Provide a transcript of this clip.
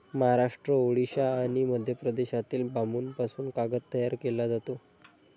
महाराष्ट्र, ओडिशा आणि मध्य प्रदेशातील बांबूपासून कागद तयार केला जातो